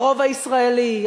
הרוב הישראלי,